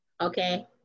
okay